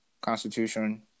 Constitution